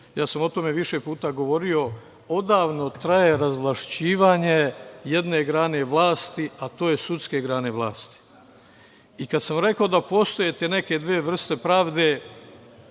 Ja sam o tome više puta govorio, odavno traje razvlašćivanje jedne grane vlasti, odnosno, sudske grane vlasti. Kada sam rekao da postoje te neke dve vrste pravde